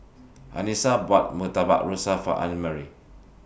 Anissa bought Murtabak Rusa For Annmarie